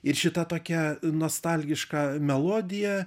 ir šita tokia nostalgiška melodija